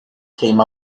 came